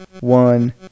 one